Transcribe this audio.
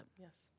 Yes